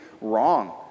wrong